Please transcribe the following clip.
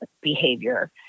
behavior